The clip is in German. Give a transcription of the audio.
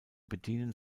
bedienen